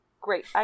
Great